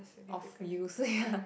of use ya